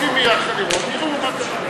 רוצים ללכת לראות, יראו, מה קרה?